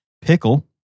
pickle